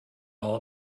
all